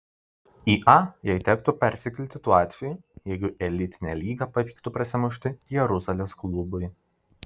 į a jai tektų persikelti tuo atveju jeigu į elitinę lygą pavyktų prasimušti jeruzalės klubui